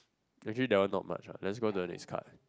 actually that one not much ah lets go to the next card